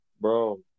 bro